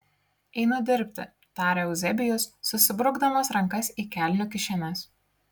einu dirbti tarė euzebijus susibrukdamas rankas į kelnių kišenes